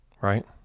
right